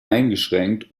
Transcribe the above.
eingeschränkt